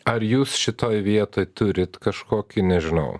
ar jūs šitoj vietoj turit kažkokį nežinau